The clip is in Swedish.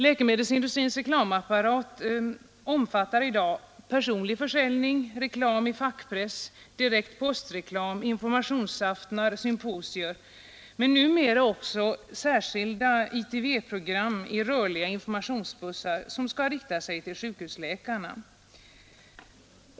Läkemedelsindustrins reklamapparat omfattar i dag personlig försäljning, reklam i fackpress, direkt postreklam, informationsaftnar, symposier men numera också särskilda ITV-program i rörliga informationsbussar, som skall rikta sig till sjukhusläkarna.